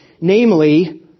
namely